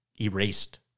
erased